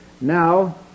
Now